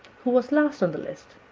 who was last on the list,